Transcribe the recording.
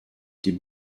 die